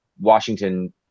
Washington